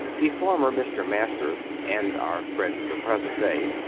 the former mr. masters, and our friend of the present day,